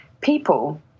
people